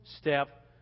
step